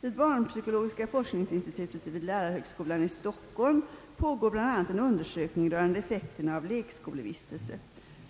Vid barnpsykologiska forskningsinstitutet vid lärarhögskolan i Stockholm pågår bl.a. en undersökning rörande effekterna av lekskolevistelse.